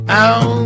out